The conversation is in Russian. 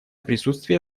присутствие